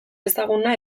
ezaguna